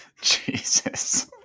jesus